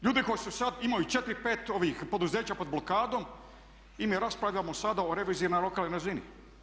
Ljudi koji sada imaju 4, 5 poduzeća pod blokadom i mi raspravljamo sada o reviziji na lokalnoj razini.